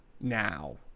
now